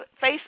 face